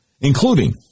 including